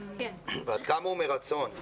ועד כמה הוא מרצון.